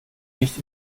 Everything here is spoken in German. nicht